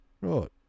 right